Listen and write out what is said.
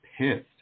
pissed